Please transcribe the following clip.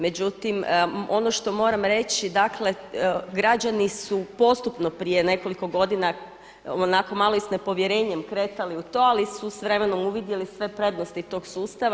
Međutim, ono što moram reći, dakle građani su postupno prije nekoliko godina onako malo i s nepovjerenjem kretali u to, ali su s vremenom uvidjeli sve prednosti tog sustava.